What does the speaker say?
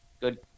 good